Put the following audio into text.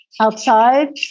outside